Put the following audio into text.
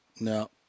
No